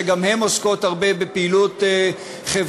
שגם הן עוסקות הרבה בפעילות חברתית,